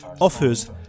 offers